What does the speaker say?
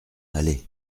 allez